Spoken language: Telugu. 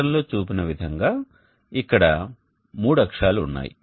పటంలో చూపిన విధంగా ఇక్కడ ఈ 3 అక్షాలు ఉన్నాయి